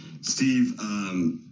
Steve